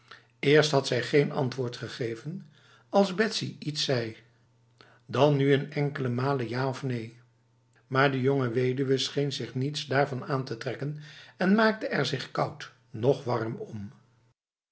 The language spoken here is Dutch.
eerst had zij geen antwoord gegeven als betsy iets zei dan nu en dan een enkele maal ja of neen maar de jonge weduwe scheen zich niets daarvan aan te trekken en maakte er zich koud noch warm om